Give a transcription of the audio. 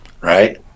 Right